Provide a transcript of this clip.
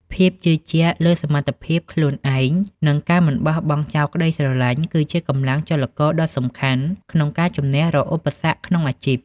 ភាពជឿជាក់លើសមត្ថភាពខ្លួនឯង និងការមិនបោះបង់ចោលក្តីស្រឡាញ់ គឺជាកម្លាំងចលករដ៏សំខាន់ក្នុងការជំនះរាល់ឧបសគ្គក្នុងអាជីព។